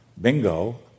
Bingo